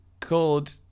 called